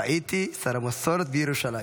טעיתי, שר המסורת וירושלים.